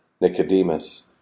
Nicodemus